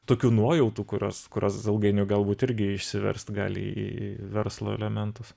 tokių nuojautų kurios kurios ilgainiui galbūt irgi išsiverst gali į verslo elementus